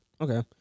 okay